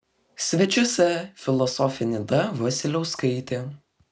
svečiuose filosofė nida vasiliauskaitė